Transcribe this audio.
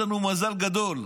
יש לנו מזל גדול,